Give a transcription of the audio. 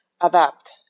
adapt